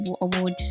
award